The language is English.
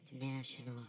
international